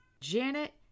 Janet